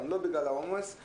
לא שלחה אותה מרוב חששות,